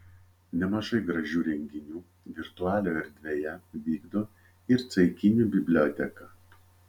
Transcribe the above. nemažai gražių renginių virtualioje erdvėje vykdo ir ceikinių biblioteka